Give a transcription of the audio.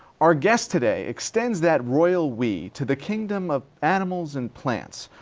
our guest today extends that royal we to the kingdom of animals and plants.